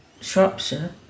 Shropshire